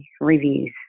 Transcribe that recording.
reviews